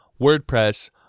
WordPress